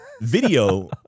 video